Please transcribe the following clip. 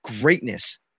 greatness